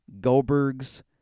Goldberg's